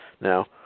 Now